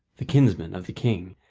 the kinsman of the king,